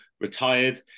retired